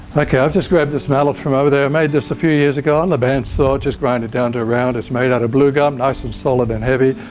okay i'll just grab this mallet from over there, i made this a few years ago on the bench so i'll just grind it down to around. it's made out of blue gum it's nice and solid and heavy.